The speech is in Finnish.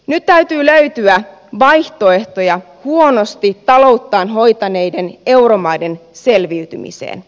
nyt täytyy löytyä vaihtoehtoja huonosti talouttaan hoitaneiden euromaiden selviytymiseen